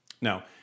Now